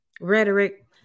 rhetoric